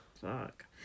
Fuck